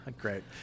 Great